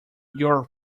your